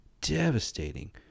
devastating